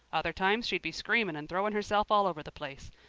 other times she'd be screaming and throwing herself all over the place.